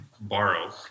borrow